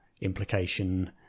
implication